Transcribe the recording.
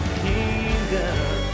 kingdom